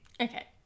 Okay